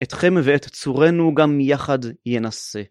אתכם ואת צורנו גם יחד ינסה.